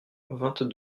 vingt